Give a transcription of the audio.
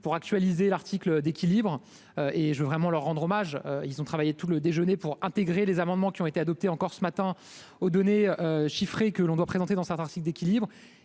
pour actualiser l'article d'équilibre et je veux vraiment leur rendre hommage, ils ont travaillé tout le déjeuner pour intégrer les amendements qui ont été adoptés, encore ce matin aux données chiffrées, que l'on doit présenter dans certains article d'équilibre,